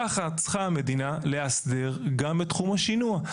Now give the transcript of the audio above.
ככה צריכה המדינה לאסדר גם את תחום השינוע.